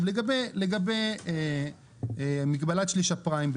לגבי מגבלת שליש הפריים,